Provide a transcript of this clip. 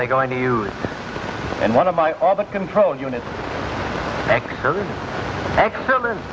they going to use and one of my other control units excellent excellent